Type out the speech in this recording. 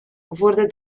wurde